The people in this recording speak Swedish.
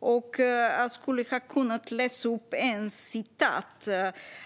Jag ska läsa upp ett citat från